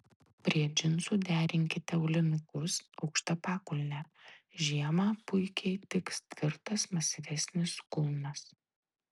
prie džinsų derinkite aulinukus aukšta pakulne žiemą puikiai tiks tvirtas masyvesnis kulnas